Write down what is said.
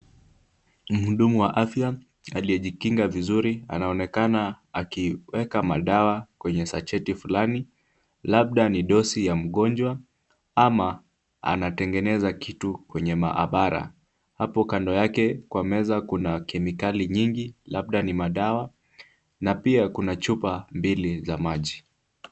Mhudumu wa afya aliyejikinga vizuri anaonekana akiweka madawa kwenye sacheti fulani, labda ni dosi ya mgonjwa ama anatengeneza kitu kwenye maabara. Hapo kando yake kwa meza kuna kemikali nyingi, labda ni madawa na pia kuna chupa mbili za maji.